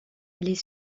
les